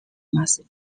must